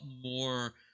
more